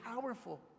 powerful